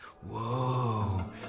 Whoa